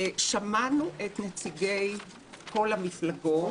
שמענו את נציגי כל המפלגות.